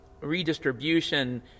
redistribution